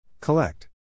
Collect